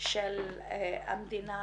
של המדינה,